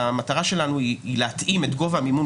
המטרה שלנו היא להתאים את גובה המימון